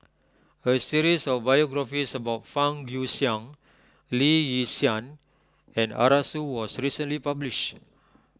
a series of biographies about Fang Guixiang Lee Yi Shyan and Arasu was recently published